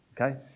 Okay